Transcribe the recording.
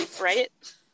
Right